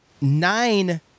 nine